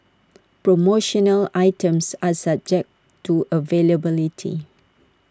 promotional items are subject to availability